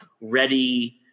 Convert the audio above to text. ready